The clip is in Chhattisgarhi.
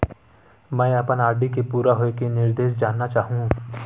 मैं अपन आर.डी के पूरा होये के निर्देश जानना चाहहु